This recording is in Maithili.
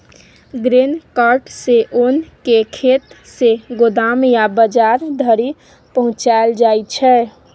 ग्रेन कार्ट सँ ओन केँ खेत सँ गोदाम या बजार धरि पहुँचाएल जाइ छै